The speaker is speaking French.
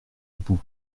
bout